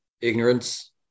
ignorance